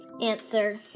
answer